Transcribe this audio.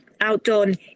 outdone